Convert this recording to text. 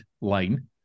line